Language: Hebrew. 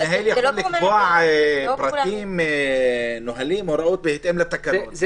המנהל יכול לקבוע נהלים או הוראות בהתאם לתקנות,